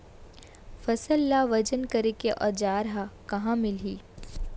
फसल ला वजन करे के औज़ार हा कहाँ मिलही?